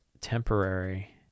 temporary